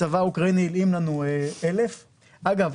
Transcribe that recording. הצבא האוקראיני הלאים לנו 1,000. אגב,